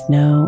no